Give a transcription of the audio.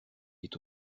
est